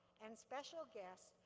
and special guest,